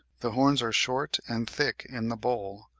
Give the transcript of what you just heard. the horns are short and thick in the bull,